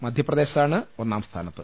മധ്യപ്രദേശാണ് ഒന്നാം സ്ഥാനത്ത്